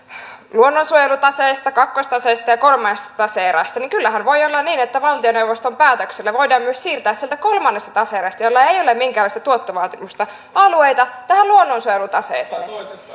luonnonsuojelutaseesta kakkostaseesta ja ja kolmannesta tase erästä niin kyllähän voi olla niin että valtioneuvoston päätöksellä voidaan myös siirtää sieltä kolmannesta tase erästä jolla ei ole minkäänlaista tuottovaatimusta alueita tähän luonnonsuojelutaseeseen